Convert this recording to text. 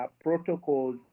protocols